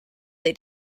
they